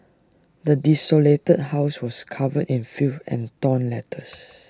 the desolated house was covered in filth and torn letters